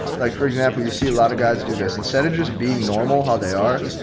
like for example, you see a lot of guys do this, instead of just being normal, how they are,